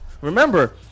remember